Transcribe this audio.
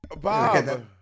Bob